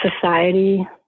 society